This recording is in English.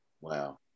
Wow